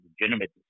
legitimate